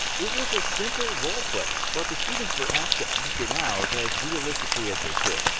it was a simple role-play, but the students were asked to act it out as realistically as they could.